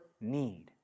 need